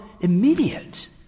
immediate